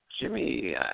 Jimmy